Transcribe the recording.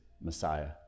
Messiah